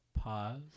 pause